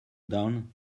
done